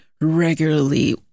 regularly